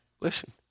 Listen